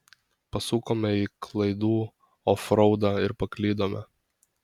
pasukome į klaidų ofraudą ir paklydome